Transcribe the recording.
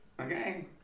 okay